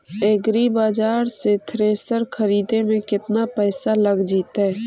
एग्रिबाजार से थ्रेसर खरिदे में केतना पैसा लग जितै?